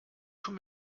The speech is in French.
tous